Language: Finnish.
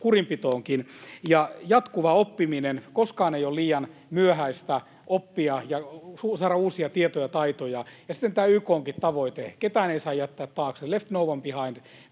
kurinpidossakin. Jatkuva oppiminen: koskaan ei ole liian myöhäistä oppia ja saada uusia tietoja ja taitoja. Ja sitten tämän YK:nkin tavoitteen, ketään ei saa jättää taakse, leave no one behind